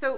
so